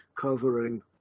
covering